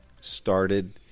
started